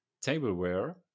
tableware